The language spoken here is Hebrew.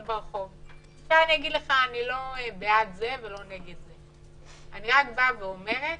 אני לא בעד זה ולא נגד זה, אני רק באה ואומרת,